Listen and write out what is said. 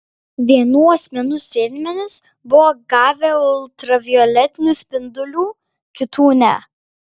vienų asmenų sėdmenys buvo gavę ultravioletinių spindulių kitų ne